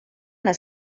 las